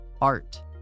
art